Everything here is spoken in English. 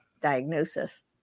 diagnosis